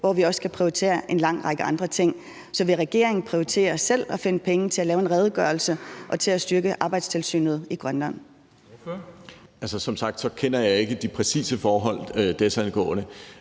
hvor vi også skal prioritere en lang række andre ting. Så vil regeringen prioritere selv at finde penge til at lave en redegørelse og til at styrke Arbejdstilsynet i Grønland? Kl. 10:03 Formanden (Henrik Dam Kristensen):